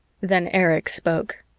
then erich spoke.